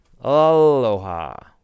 Aloha